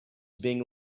being